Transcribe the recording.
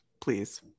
Please